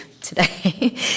today